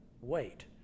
Wait